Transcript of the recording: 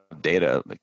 data